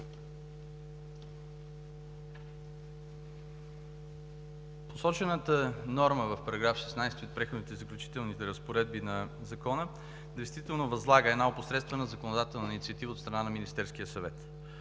Посочената норма в § 16 от Преходните и заключителните разпоредби на Закона действително възлага една опосредствена законодателна инициатива от страна на Министерския съвет.